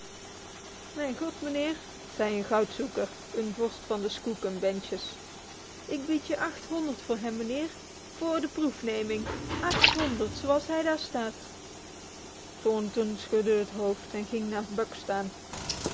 mijn god meneer zei een goudzoeker een vorst van de skookum benches ik bied je achthonderd voor hem meneer vr de proefneming achthonderd zoals hij daar staat thornton schudde het hoofd en ging naast buck staan